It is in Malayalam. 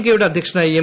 കെ യുടെ അദ്ധ്യക്ഷനായി എം